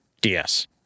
ds